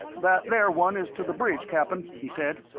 that there one is to the bridge, cap'n, he said.